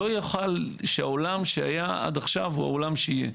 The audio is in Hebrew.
לא אוכל שהעולם שהיה עד עכשיו הוא העולם שיהיה.